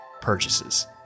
purchases